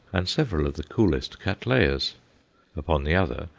and several of the coolest cattleyas upon the other,